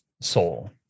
soul